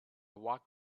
walked